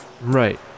right